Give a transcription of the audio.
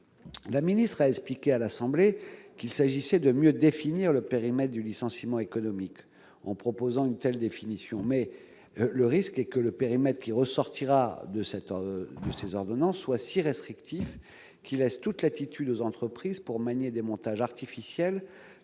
la ministre a expliqué à l'Assemblée qu'il s'agissait de mieux définir le périmètre du licenciement économique en proposant une telle définition mais le risque est que le périmètre qui ressortira de cette de ces ordonnances soient si restrictif qui laisse toute latitude aux entreprises pour manier des montages artificiels